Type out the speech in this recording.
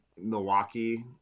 Milwaukee